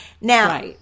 Now